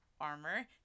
Armor